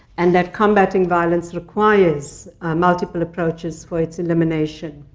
and that combating violence requires multiple approaches for its elimination.